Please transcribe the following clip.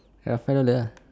ya five dollar